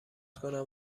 کنم